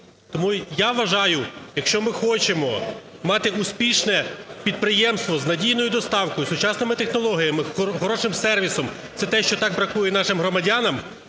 Тому, я вважаю, якщо ми хочемо мати успішне підприємство з надійною доставкою, з сучасними технологіями, хорошим сервісом, - це те, що так бракує нашим громадянам,